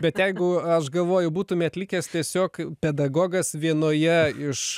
bet jeigu aš galvoju būtumėt likęs tiesiog pedagogas vienoje iš